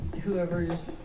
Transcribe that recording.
whoever's